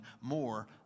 more